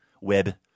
Web